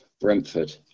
brentford